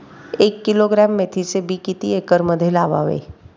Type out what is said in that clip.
एक किलोग्रॅम मेथीचे बी किती एकरमध्ये लावावे?